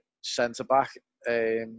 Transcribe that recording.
centre-back